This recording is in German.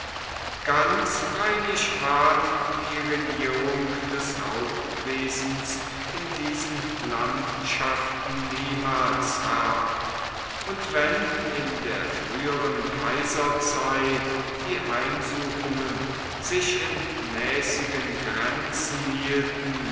ganz freilich ward die regierung des raubwesens in diesen landschaften niemals herr und wenn in der früheren kaiserzeit die heimsuchungen sich in mäßigen grenzen hielten